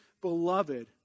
beloved